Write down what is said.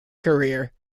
career